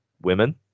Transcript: women